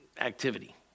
activity